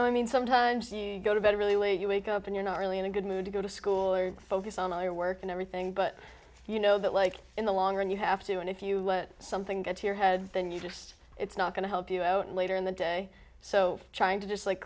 know i mean sometimes you go to bed really you wake up and you're not really in a good mood to go to school or focus on i work and everything but you know that like in the long run you have to and if you let something get to your head then you just it's not going to help you out later in the day so trying to just like